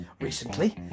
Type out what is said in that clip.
recently